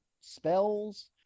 spells